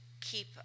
keep